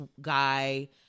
guy